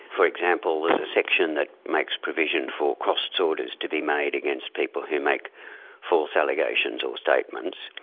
for example, there's a section that makes provision for costs orders to be made against people who make false allegations or statements.